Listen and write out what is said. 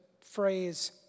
phrase